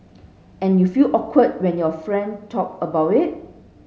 and you feel awkward when your friend talk about it